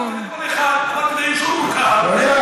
ודאי,